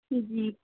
जी